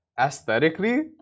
aesthetically